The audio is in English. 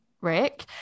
Rick